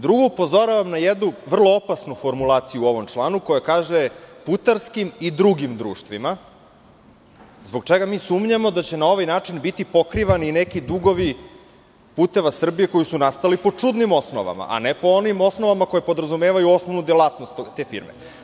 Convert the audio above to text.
Drugo, upozoravam na jednu vrlo opasnu formulaciju u ovom članu koja kaže – putarskim i drugim društvima, zbog čega mi sumnjamo da će na ovaj način biti pokrivani neki dugovi Puteva Srbije, koji su nastali po čudnim osnovama, a ne po onim osnovama koje podrazumevaju osnovnu delatnost te firme.